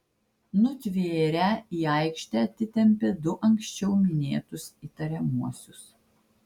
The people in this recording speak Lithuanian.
nutvėrę į aikštę atitempė du anksčiau minėtus įtariamuosius